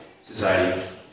society